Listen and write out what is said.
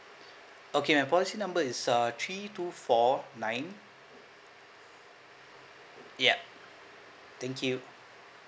okay my policy number is uh three two four nine ya thank you